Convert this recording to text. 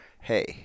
Hey